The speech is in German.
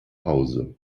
hause